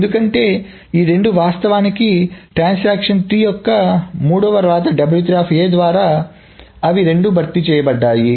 ఎందుకంటే ఈ రెండూ వాస్తవానికి ట్రాన్సాక్షన్3 యొక్క మూడవ వ్రాత ద్వారా అవి రెండు భర్తీ చేయబడ్డాయి